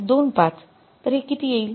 २५ तर हे किती येईल